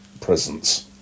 presence